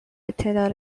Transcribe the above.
اطلاع